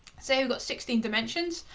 so got sixteen dimensions,